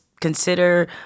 consider